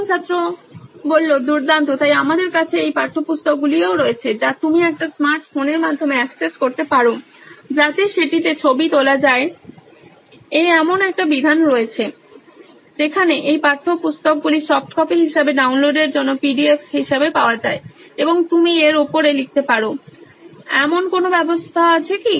প্রথম ছাত্র দুর্দান্ত তাই আমাদের কাছে এই পাঠ্যপুস্তকগুলিও রয়েছে যা তুমি একটি স্মার্ট ফোনের মাধ্যমে অ্যাক্সেস করতে পারো যাতে সেটিতে ছবি তোলা যায় তাই এমন একটি বিধান রয়েছে যেখানে এই পাঠ্যপুস্তকগুলি সফট কপি হিসাবে ডাউনলোডের জন্য পিডিএফ হিসাবে পাওয়া যায় এবং তুমি এর উপরে লিখতে পারো এমন কোনো ব্যবস্থা আছে কি